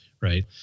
right